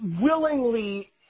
willingly